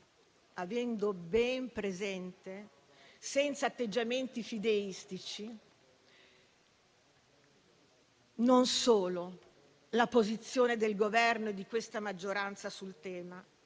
avendo ben presente, senza atteggiamenti fideistici, non solo la posizione del Governo e di questa maggioranza sul tema,